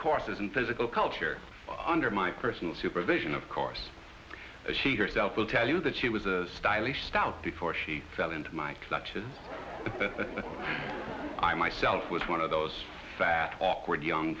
courses in physical culture under my personal supervision of course she herself will tell you that she was a stylist out before she fell into my clutches i myself was one of those fat awkward young